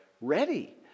ready